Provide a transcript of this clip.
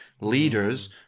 leaders